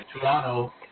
Toronto